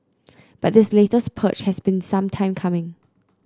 but this latest purge has been some time coming